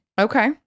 Okay